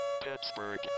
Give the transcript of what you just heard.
Pittsburgh